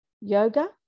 yoga